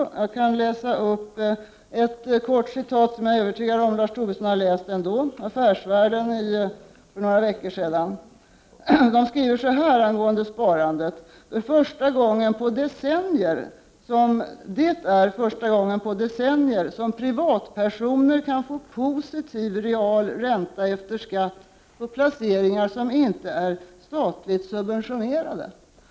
Jag skall läsa upp en mening, som jag är övertygad om att Lars Tobisson har läst, från tidningen Affärsvärlden för några veckor sedan. Man skriver så här angående sparandet: Det är första gången på decennier som privatpersoner kan få positiv real ränta efter skatt på placeringar som inte är statligt subventionerade.